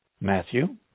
Matthew